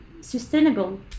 sustainable